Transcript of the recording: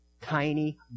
tiny